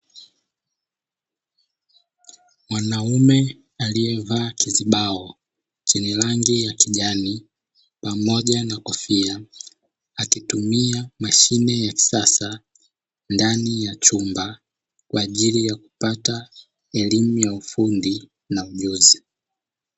Mwanaume aliyevaa kizibao chenye rangi ya kijani pamoja na kofia, akitumia mashine ya kisasa ndani ya chumba kwa ajili ya kupata elimu ya ufundi na ujuzi.